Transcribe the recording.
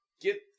get